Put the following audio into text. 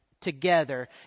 together